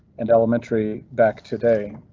and elementary back today.